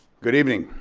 good evening.